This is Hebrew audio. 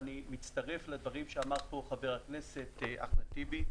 אני מצטרף לדברים שאמר פה חבר הכנסת אחמד טיבי.